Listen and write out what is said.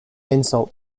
insult